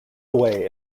away